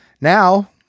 Now